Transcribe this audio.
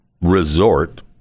resort